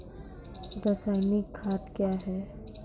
रसायनिक खाद कया हैं?